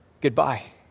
goodbye